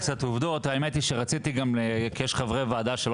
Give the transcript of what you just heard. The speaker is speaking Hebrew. שירתי תך כדי התמודדות לבד ורק כשהנטל גבר מידי הופניתי לתחילת תהליך